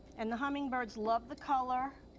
and the hummingbirds love the color.